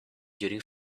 during